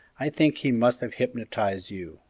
i think he must have hypnotized you!